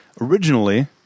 originally